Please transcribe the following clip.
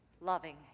loving